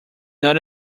not